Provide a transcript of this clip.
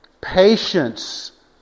Patience